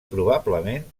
probablement